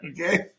Okay